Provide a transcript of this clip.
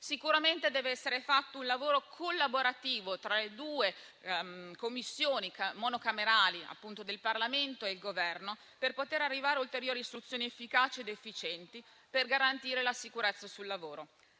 Sicuramente deve essere fatto un lavoro collaborativo tra le due Commissioni monocamerali del Parlamento e il Governo per poter arrivare a ulteriori soluzioni efficaci ed efficienti per garantire la sicurezza sul lavoro.